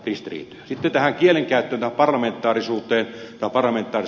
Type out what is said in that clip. sitten tähän kielenkäyttöön tähän parlamentaariseen elämänmenoon